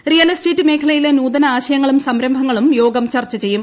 real estate മേഖലയിലെ നൂതന്യആശയങ്ങളും സംരംഭങ്ങളും യോഗം ചർച്ച ചെയ്യും